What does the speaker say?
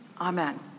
Amen